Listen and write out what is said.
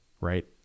right